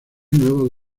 nuevos